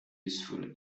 useful